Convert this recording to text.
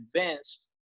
advanced